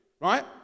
right